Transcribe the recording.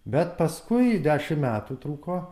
bet paskui dešimt metų truko